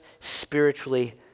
spiritually